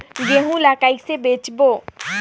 गहूं ला कइसे बेचबो?